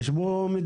יש פה מדיניות,